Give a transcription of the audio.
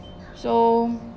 so